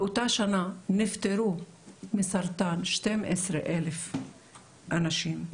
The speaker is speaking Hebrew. באותה שנה נפטרו מסרטן 12,000 אנשים.